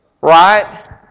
right